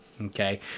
Okay